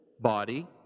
body